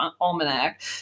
Almanac